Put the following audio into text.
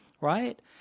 right